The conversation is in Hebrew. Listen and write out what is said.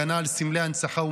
הגנה על סמלי הנצחה ומורשת),